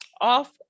off